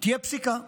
תהיה פסיקה.